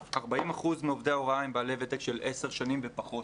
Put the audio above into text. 40% מעובדי ההוראה הם בעלי ותק של עשר שנים ופחות.